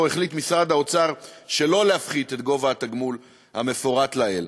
החליט משרד האוצר שלא להפחית את גובה התגמול המפורט לעיל.